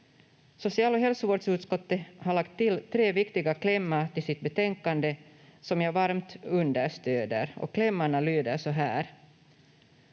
Social- och hälsovårdsutskottet har lagt till tre viktiga klämmar till sitt betänkande som jag varmt understöder, och klämmarna lyder så här: